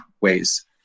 ways